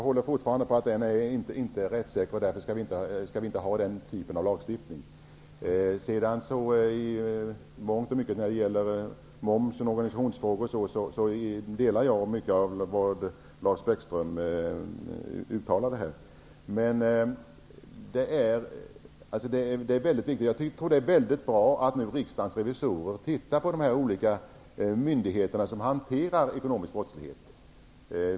Herr talman! Jag håller fortfarande på att den inte är rättssäker. Därför skall vi inte ha den typen av lagstiftning. I mångt och mycket delar jag Lars Bäckströms uttalande när det gäller moms och organisationsfrågor. Det är väldigt bra att Riksdagens revisorer ser över de olika myndigheter som hanterar ekonomisk brottslighet.